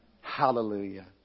Hallelujah